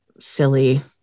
silly